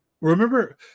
remember